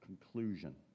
conclusion